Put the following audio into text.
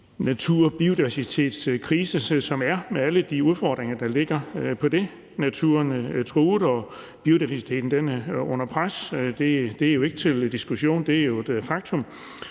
natur- og biodiversitetskrise, der er, med alle de udfordringer, der ligger i forhold til det. Naturen er truet, og biodiversiteten er under pres. Det er ikke til diskussion – det er jo et faktum.